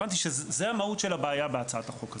הבנתי שזאת המהות של הבעיה בהצעת החוק הזאת.